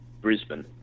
brisbane